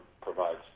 provides